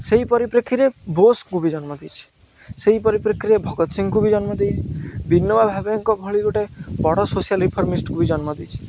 ସେହି ପରିପ୍ରେକ୍ଷିରେ ବୋଷକୁ ବି ଜନ୍ମ ଦେଇଛି ସେହି ପରିପ୍ରେକ୍ଷିରେ ଭଗତ ସିଂହଙ୍କୁ ବି ଜନ୍ମ ଦେଇଛି ଭାବେଙ୍କ ଭଳି ଗୋଟେ ବଡ଼ ସୋସିଆଲ ଇନଫର୍ମିଷ୍ଟକୁ ବି ଜନ୍ମ ଦେଇଛି